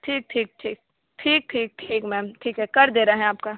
ठीक ठीक ठीक ठीक ठीक ठीक मैम ठीक है कर दें रहे हैं आपका